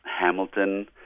Hamilton